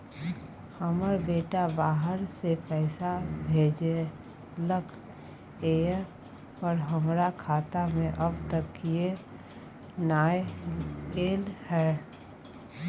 हमर बेटा बाहर से पैसा भेजलक एय पर हमरा खाता में अब तक किये नाय ऐल है?